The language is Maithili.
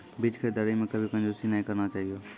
बीज खरीददारी मॅ कभी कंजूसी नाय करना चाहियो